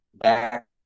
back